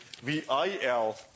VIL